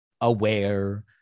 aware